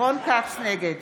נגד